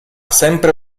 sempre